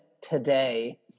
today